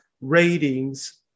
ratings